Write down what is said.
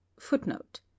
Footnote